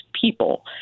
people